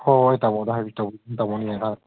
ꯍꯣꯏ ꯍꯣꯏ ꯇꯥꯃꯣꯗ ꯍꯥꯏꯕꯒꯤ ꯇꯧꯕꯅꯤ ꯇꯥꯃꯣꯅꯤꯅ